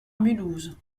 mulhouse